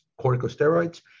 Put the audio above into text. corticosteroids